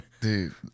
dude